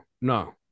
no